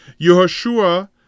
Yehoshua